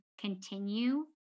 continue